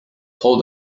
hold